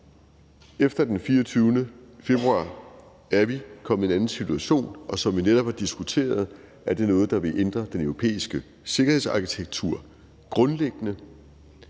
Efter den 24. februar er vi kommet i en anden situation, og som vi netop har diskuteret, er det noget, der vil ændre den europæiske sikkerhedsarkitektur grundlæggende.